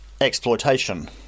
exploitation